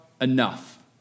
enough